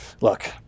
look